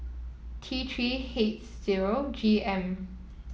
T Three H zero G M